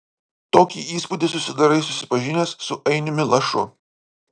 tokį įspūdį susidarai susipažinęs su ainiumi lašu